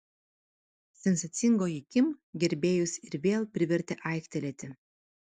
sensacingoji kim gerbėjus ir vėl privertė aiktelėti